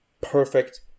perfect